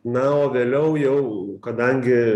na o vėliau jau kadangi